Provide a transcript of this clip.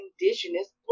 indigenous